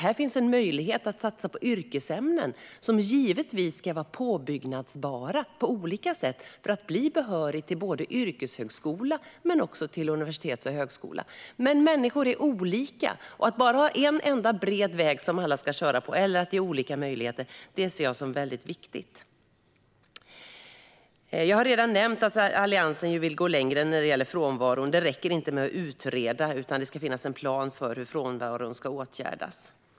Här finns en möjlighet att satsa på yrkesämnen, som givetvis ska vara påbyggbara på olika sätt för att man ska bli behörig till yrkeshögskola samt till universitet och högskola. Men människor är olika. Att bara ha en enda bred väg att köra på eller att ge olika möjligheter är en viktig fråga. Jag har redan nämnt att Alliansen vill gå längre i fråga om frånvaron. Det räcker inte med att utreda, utan det ska finnas en plan för hur frånvaron ska åtgärdas.